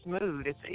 mood